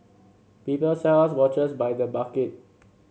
people sell us watches by the bucket